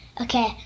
Okay